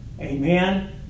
Amen